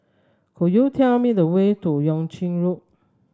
could you tell me the way to Yuan Ching Road